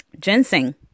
ginseng